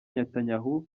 netanyahu